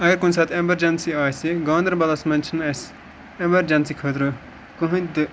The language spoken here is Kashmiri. اگر کُنہِ ساتہٕ اٮ۪مَرجَنسی آسہِ گاندَربَلَس منٛز چھِنہٕ اَسہِ اٮ۪مَرجَنسی خٲطرٕ کٕہٕنۍ تہِ